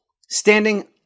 standing